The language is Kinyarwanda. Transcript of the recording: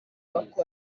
bakora